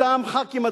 אותם חברי כנסת,